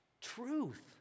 truth